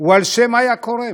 הוא על שם איה כורם.